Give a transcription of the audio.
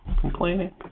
complaining